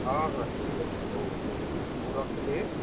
ହଁ ହଁ ଠିକ୍ ଅଛି ହଉ ହଉ ହଉ ରଖିଲି